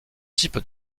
types